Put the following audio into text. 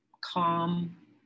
calm